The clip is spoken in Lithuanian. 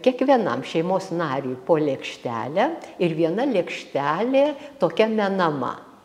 kiekvienam šeimos nariui po lėkštelę ir viena lėkštelė tokia menama